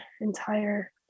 entire